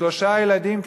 ושלושה ילדים קטנים,